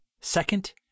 Second